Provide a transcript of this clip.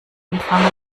empfang